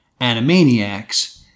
Animaniacs